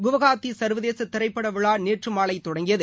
குவஹாத்திசா்வதேசதிரைப்படவிழாநேற்றுமாலைதொடங்கியது